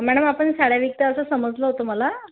madam आपण साड्या विकता असं समजलं होतं मला